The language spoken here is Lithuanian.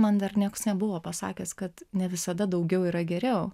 man dar nieks nebuvo pasakęs kad ne visada daugiau yra geriau